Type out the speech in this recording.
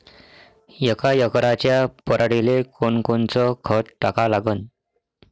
यका एकराच्या पराटीले कोनकोनचं खत टाका लागन?